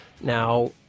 Now